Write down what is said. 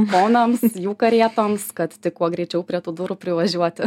ponams jų karietoms kad tik kuo greičiau prie tų durų privažiuoti